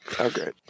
Okay